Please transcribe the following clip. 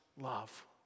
love